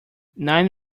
nine